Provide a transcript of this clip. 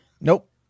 Nope